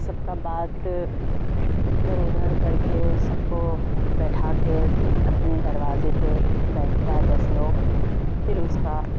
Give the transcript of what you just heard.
سب کا بات کو ادھر ادھر کر کے سب کو بیٹھا کے اپنے دروازے پہ بیٹھتا ہے دس لوگ پھر اس کا